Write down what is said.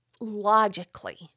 logically